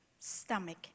stomach